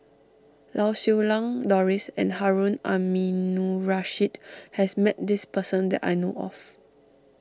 Lau Siew Lang Doris and Harun Aminurrashid has met this person that I know of